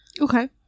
Okay